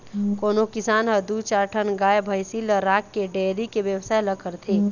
कोनो किसान ह दू चार ठन गाय भइसी ल राखके डेयरी के बेवसाय ल करथे